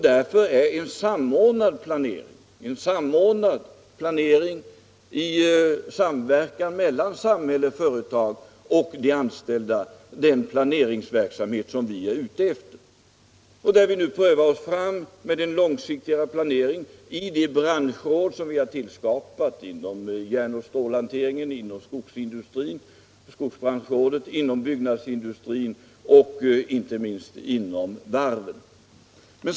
Därför försöker vi nu åstadkomma en samordnad planering i samverkan mellan samhälle, företag och anställda. Vi prövar oss fram till en långsiktigare planering i de branschråd som vi har skapat inom järn och stålhanteringen, inom skogsindustrin med skogsbranschrådet, inom byggnadsindustrin och inte minst inom varvsindustrin.